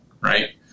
right